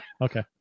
Okay